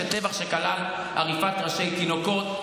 טבח שכלל עריפת ראשי תינוקות,